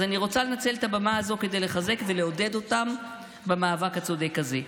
אז אני רוצה לנצל את הבמה הזו כדי לחזק ולעודד אותם במאבק הצודק הזה.